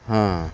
ಹಾಂ